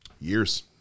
years